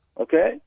Okay